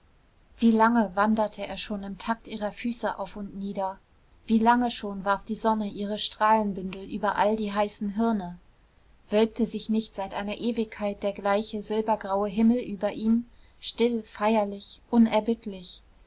wie lange wanderte er schon im takt ihrer füße auf und nieder wie lange schon warf die sonne ihre strahlenbündel über all die heißen hirne wölbte sich nicht seit einer ewigkeit der gleiche silbergraue himmel über ihm still feierlich unerbittlich